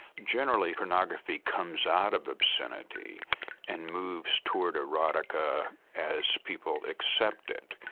generally, pornography comes out of obscenity and moves towards erotica as people accept it.